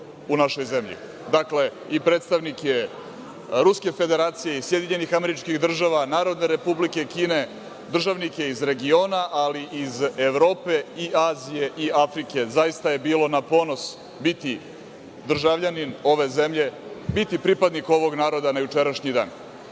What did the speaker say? u našoj zemlji, dakle, i predstavnike Ruske Federacije, i SAD, Narodne Republike Kine, državnike iz regiona, ali i iz Evrope i Azije i Afrike. Zaista je bilo na ponos biti državljanin ove zemlje, biti pripadnik ovog naroda na jučerašnji dan.